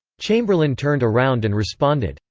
chamberlain turned around and responded,